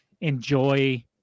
enjoy